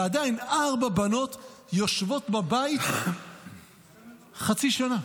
ועדיין ארבע בנות יושבות בבית חצי שנה.